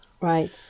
Right